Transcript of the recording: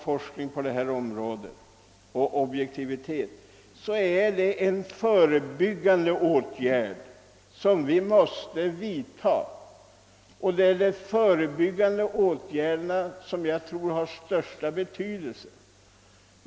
Forskning på detta område är en förebyggande åtgärd som jag tror har den största betydelse.